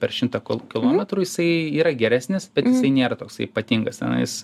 per šimtą kol kilometrų jisai yra geresnis bet nėra toksai ypatingas tenai jisai